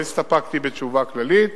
לא הסתפקתי בתשובה כללית.